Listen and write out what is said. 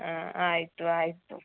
ಹಾಂ ಆಯಿತು ಆಯಿತು